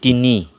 তিনি